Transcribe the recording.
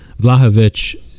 Vlahovic